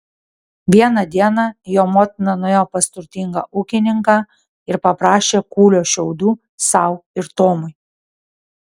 vieną dieną jo motina nuėjo pas turtingą ūkininką ir paprašė kūlio šiaudų sau ir tomui